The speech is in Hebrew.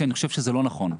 כי אני חושב שזה לא נכון,